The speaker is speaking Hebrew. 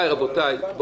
די, רבותיי.